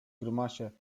grymasie